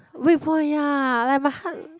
weak point ya like my heart